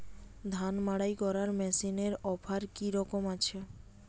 ধান মাড়াই করার মেশিনের অফার কী রকম আছে?